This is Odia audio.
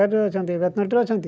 ଅଛନ୍ତି ବେତନଟିରୁ ଅଛନ୍ତି